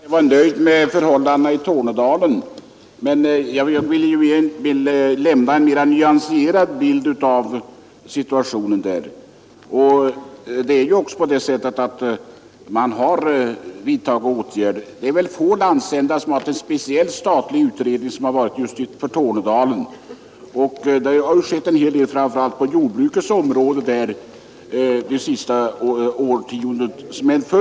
Herr talman! Jag har inte sagt att jag är nöjd med förhållandena i Tornedaleri, men jag har velat lämna en något mera nyanserad bild av situationen där. Och det har ju ändå vidtagits en hel del åtgärder där uppe, bl.a. har det tillsatts en speciell statlig utredning för den landsändan. Som en följd av den utredningens arbete har det också gjorts en hel del, bl.a. på jordbrukets område, under det senaste årtiondet.